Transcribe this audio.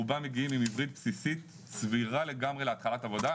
כי רובם מגיעים עם עברית בסיסית סבירה לגמרי להתחלת עבודה,